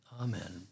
Amen